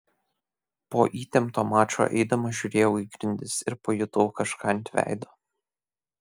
po įtempto mačo eidamas žiūrėjau į grindis ir pajutau kažką ant veido